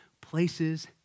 places